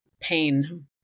pain